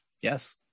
Yes